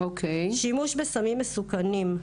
שימוש בסמים מסוכנים,